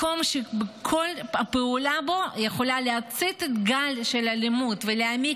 מקום שכל פעולה בו יכולה להצית גל של אלימות ולהעמיק